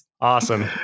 Awesome